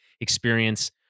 experience